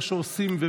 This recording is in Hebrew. מה שעושים?